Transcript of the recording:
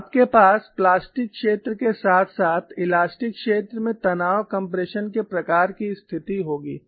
तो आपके पास प्लास्टिक क्षेत्र के साथ साथ इलास्टिक क्षेत्र में तनाव कम्प्रेशन के प्रकार की स्थिति होगी